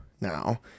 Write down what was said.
now